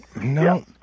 no